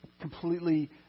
completely